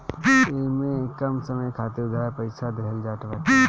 इमे कम समय खातिर उधार पईसा देहल जात बाटे